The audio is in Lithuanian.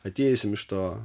atėjusiam iš to